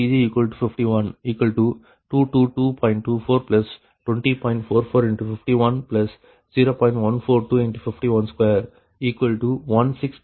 142×5121634 Rshr ஆகும்